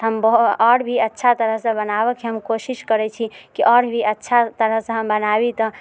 हम ब आओर भी अच्छा तरहसँ बनाबऽके हम कोशिश करै छी की आओर भी अच्छा तरहसँ हम बनाबी तऽ